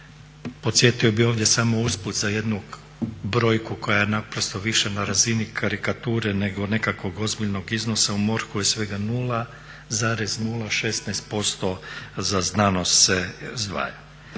Podsjetio bih ovdje samo usput za jednu brojku koja je naprosto više na razini karikature nego nekakvog ozbiljnog iznosa. U MORH-u je svega 0,016% za znanost se izdvaja.